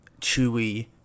chewy